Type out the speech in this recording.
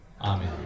Amen